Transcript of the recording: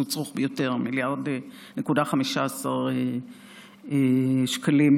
1.15 מיליארד שקלים,